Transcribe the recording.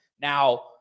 Now